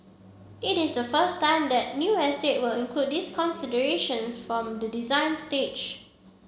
it is the first time that new estate will include these considerations from the design stage